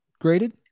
graded